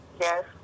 Yes